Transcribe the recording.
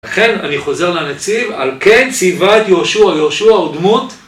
לכן אני חוזר לנציב על כן ציווה יהושע, יהושע הוא דמות